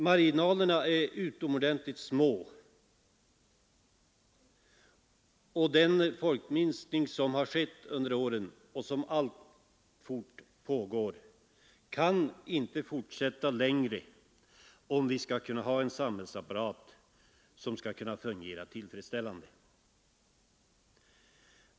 Marginalerna är utomordentligt små, och den folkminskning som skett under åren och som alltfort pågår får inte fortgå längre om vi skall kunna behålla en samhällsapparat som fungerar tillfredsställande.